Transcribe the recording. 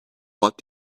what